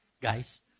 guys